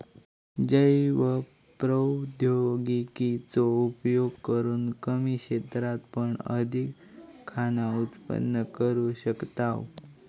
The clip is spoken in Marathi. जैव प्रौद्योगिकी चो उपयोग करून कमी क्षेत्रात पण अधिक खाना उत्पन्न करू शकताव